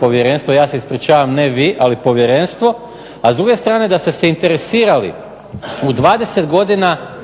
povjerenstvo. Ja se ispričavam, ne vi ali povjerenstvo, a s druge strane da ste se interesirali u 20 godina